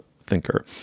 thinker